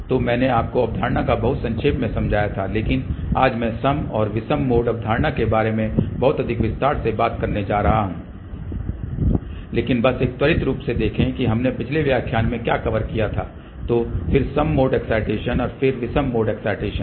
तो मैंने आपको अवधारणा को बहुत संक्षेप में समझाया था लेकिन आज मैं सम और विषम मोड अवधारणा के बारे में बहुत अधिक विस्तार से बात करने जा रहा हूं लेकिन बस एक त्वरित रूप से देखें कि हमने पिछले व्याख्यान में क्या कवर किया था तो फिर सम मोड एक्साईटेशन फिर विषम मोड एक्साईटेशन